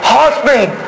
husband